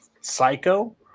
psycho